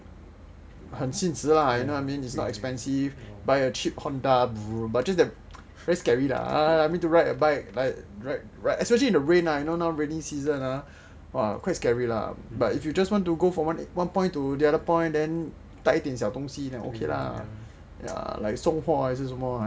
很现实 lah you know what I mean it's not expensive buy a cheap Honda but just that very scary lah ah need to ride a bike like ride especially in the rain ah now rainy season !wah! quite scary lah but if you just want to go from one point to the other point then 带一些小东西 then okay lah ya like 送货还是什么 I okay lah